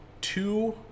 two